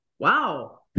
Wow